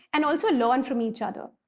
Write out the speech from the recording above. and also learn from each other.